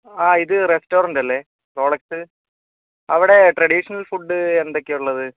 ആഹ് ഇത് റെസ്റ്റോറെൻ്റല്ലെ റോളക്സ് അവിടെ ട്രഡീഷണൽ ഫുഡ് എന്തൊക്കെയാണ് ഉള്ളത്